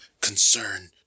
concern